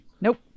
Nope